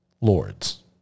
lords